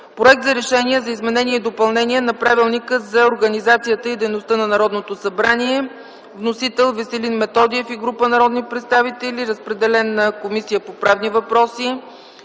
Проект за решение за изменение и допълнение на Правилника за организацията и дейността на Народното събрание. Вносители са Веселин Методиев и група народни представители. Проектът за решение е разпределен на Комисията по правни въпроси.